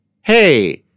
Hey